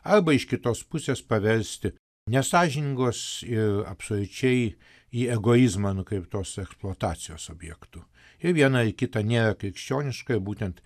arba iš kitos pusės paversti nesąžiningos ir absoliučiai į egoizmą nukreiptos eksploatacijos objektu ir viena kita nėra krikščioniška ir būtent